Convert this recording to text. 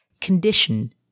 condition